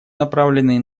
направленные